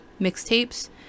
mixtapes